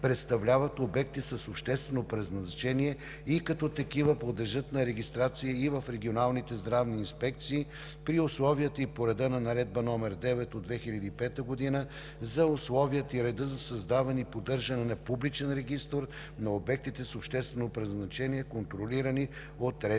представляват обекти с обществено предназначение и като такива подлежат на регистрация и в Регионалните здравни инспекции при условията и по реда на Наредба № 9 от 2005 г. за условията и реда за създаване и поддържане на публичен регистър на обектите с обществено предназначение, контролирани от регионалните